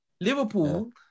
Liverpool